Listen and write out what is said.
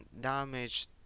damage